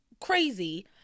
crazy